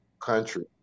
country